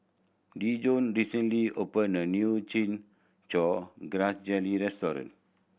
Dijon recently opened a new Chin Chow Grass Jelly restaurant